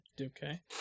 okay